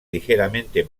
ligeramente